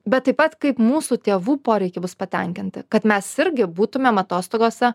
bet taip pat kaip mūsų tėvų poreikiai bus patenkinti kad mes irgi būtumėm atostogose